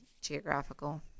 geographical